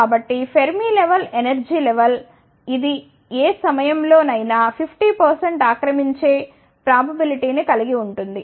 కాబట్టి Fermi level energy level ఇది ఏ సమయంలో నైనా 50 ఆక్రమించే ప్రాబబిలిటీ ను కలిగి ఉంటుంది